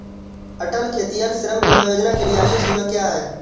अटल खेतिहर श्रम बीमा योजना के लिए आयु सीमा क्या है?